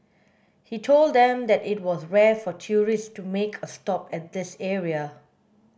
he told them that it was rare for tourists to make a stop at this area